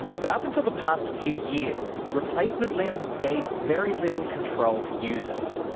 but up until the past few years, replacement limbs gave very little control to users,